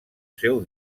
seu